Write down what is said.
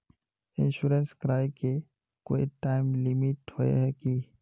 Insurance कराए के कोई टाइम लिमिट होय है की?